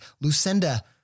Lucinda